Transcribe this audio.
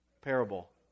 parable